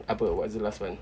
apa what's the last one